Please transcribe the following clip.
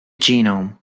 genome